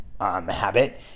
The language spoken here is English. habit